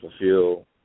fulfill